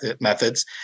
methods